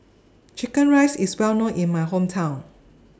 Chicken Rice IS Well known in My Hometown